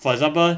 for example